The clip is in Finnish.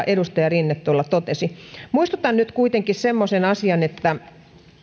edustaja rinne totesi muistutan nyt kuitenkin semmoisesta asiasta että